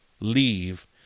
leave